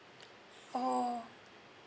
oh